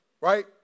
Right